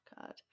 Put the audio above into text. god